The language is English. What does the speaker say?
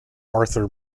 arthur